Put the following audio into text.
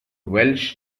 welsh